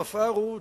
המפער הוא צר,